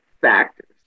factors